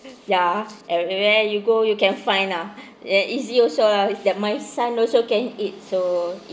ya everywhere you go you can find nah and easy also ah is that my son also can eat so